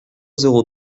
zéro